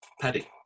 Paddy